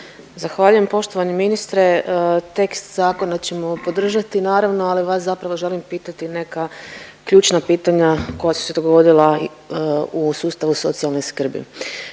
Zahvaljujem. Poštovani ministre tekst zakona ćemo podržati naravno ali vas zapravo želim pitati neka ključna pitanja koja su se dogodila u sustavu socijalne skrbi.